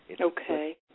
Okay